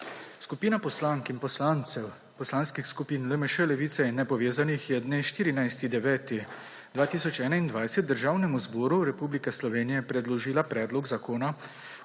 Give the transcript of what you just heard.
Skupina poslank in poslancev poslanskih skupin LMŠ, Levice in nepovezanih je dne 14. 9. 2021 Državnemu zboru Republike Slovenije predložila Predlog zakona